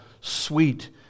sweet